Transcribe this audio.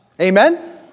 Amen